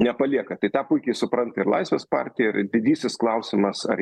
nepalieka tai tą puikiai supranta ir laisvės partija ir didysis klausimas ar